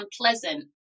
unpleasant